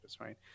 right